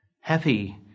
happy